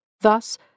Thus